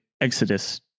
Exodus